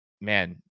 man